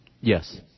Yes